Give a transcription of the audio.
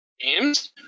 games